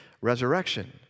resurrection